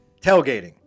tailgating